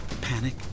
Panic